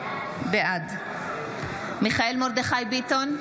בעד מיכאל מרדכי ביטון,